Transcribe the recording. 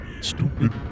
stupid